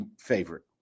favorite